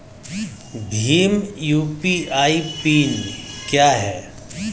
Bhim UPI PIN क्या है?